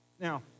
Now